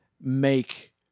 make